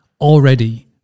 already